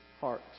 heart